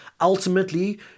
ultimately